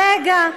רגע,